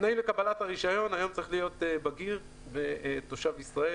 התנאים לקבלת הרישיון היום צריך להיות בגיר ותושב ישראל,